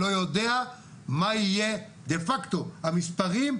לא יודע מה יהיו דה פקטו המספרים,